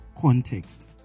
context